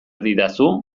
didazu